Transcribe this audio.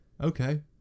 okay